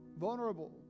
Vulnerable